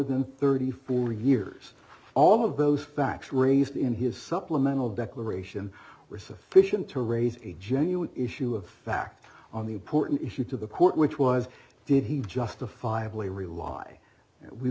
than thirty four years all of those facts raised in his supplemental declaration were sufficient to raise a genuine issue of fact on the important issue to the court which was did he justifiably rely we